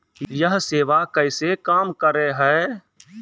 यह सेवा कैसे काम करै है?